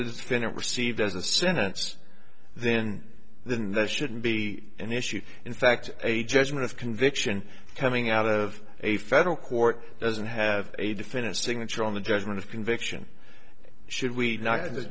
received as a sentence then than that shouldn't be an issue in fact a judgment of conviction coming out of a federal court doesn't have a definitive signature on the judgment of conviction should we not